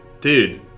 Dude